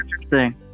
interesting